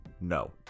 No